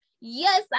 yes